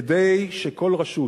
כדי שכל רשות